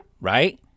Right